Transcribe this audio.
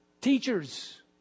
teachers